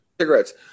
cigarettes